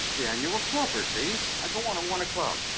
the annual smokers, see? i go on at one o'clock.